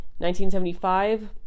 1975